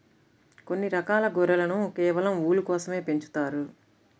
కొన్ని రకాల గొర్రెలను కేవలం ఊలు కోసమే పెంచుతారు